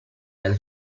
dal